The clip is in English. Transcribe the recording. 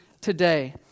today